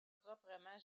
proprement